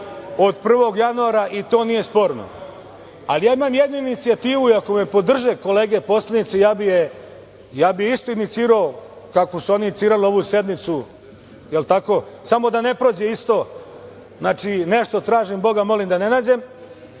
od 1. januara i to nije sporno. Ali ja imam jednu inicijativu i ako me podrže kolege poslanici, ja bih je isto inicirao kako su oni inicirali ovu sednicu, samo da ne prođe isto, znači nešto tražim a molim Boga da ne nađem,